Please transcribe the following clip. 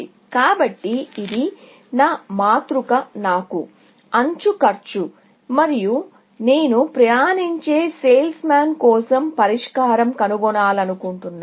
కాబట్టి ఇది మాతృక నాకు ఎడ్జ్ కాస్ట్ మరియు నేను ట్రావెలింగ్ సేల్స్ మాన్ కోసం పరిష్కారం కనుగొనాలనుకుంటున్నాను